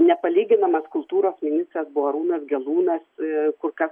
nepalyginamas kultūros ministras buvo arūnas gelūnas kur kas